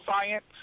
science